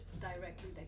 directly